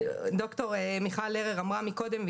ד"ר מיכל לרר אמרה קודם,